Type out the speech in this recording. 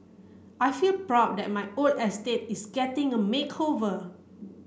I feel proud that my old estate is getting a makeover